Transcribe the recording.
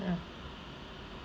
mm